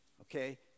okay